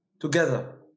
together